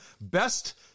best